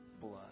blood